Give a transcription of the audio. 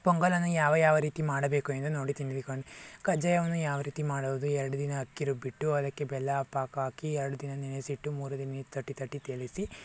ಪೊಂಗಲನ್ನು ಯಾವ ಯಾವ ರೀತಿ ಮಾಡಬೇಕು ಎಂದು ನೋಡಿ ತಿಳಿದುಕೊಂಡು ಕಜ್ಜಾಯವನ್ನು ಯಾವ ರೀತಿ ಮಾಡುವುದು ಎರ್ಡು ದಿನ ಅಕ್ಕಿ ರುಬ್ಬಿಟ್ಟು ಅದಕ್ಕೆ ಬೆಲ್ಲ ಪಾಕ ಹಾಕಿ ಎರ್ಡು ದಿನ ನೆನೆಸಿಟ್ಟು ಮೂರನೇ ದಿನ ತಟ್ಟಿ ತಟ್ಟಿ ತೇಲಿಸಿ